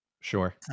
Sure